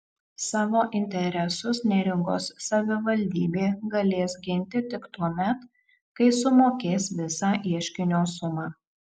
savo interesus neringos savivaldybė galės ginti tik tuomet kai sumokės visą ieškinio sumą